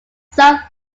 some